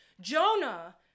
Jonah